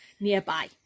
nearby